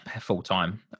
full-time